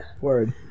Word